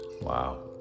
Wow